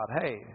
hey